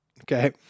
Okay